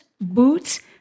boots